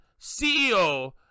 ceo